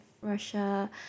Russia